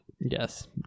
Yes